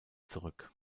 zurück